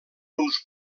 uns